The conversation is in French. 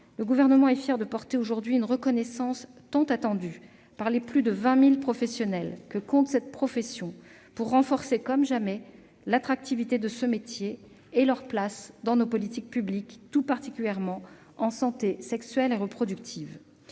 le Gouvernement est fier d'assurer aujourd'hui une reconnaissance tant attendue par les plus de 20 000 représentants de cette profession, pour renforcer comme jamais l'attractivité de ce métier et sa place dans nos politiques publiques, tout particulièrement en santé sexuelle et reproductive.